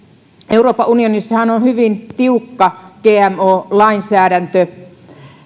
euroopan unionissahan on hyvin tiukka gmo lainsäädäntö